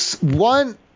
One